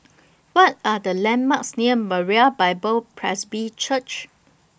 What Are The landmarks near Moriah Bible Presby Church